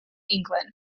england